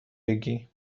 بگی